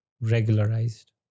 regularized